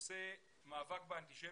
בנושא מאבק באנטישמיות.